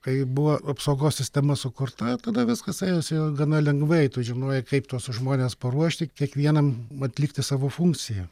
kai buvo apsaugos sistema sukurta tada viskas ėjosi gana lengvai tu žinojai kaip tuos žmones paruošti kiekvienam atlikti savo funkciją